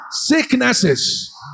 sicknesses